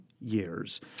years